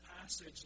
passage